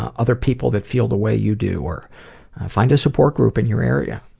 ah other people that feel the way you do, or find a support group in your area.